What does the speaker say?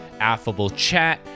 affablechat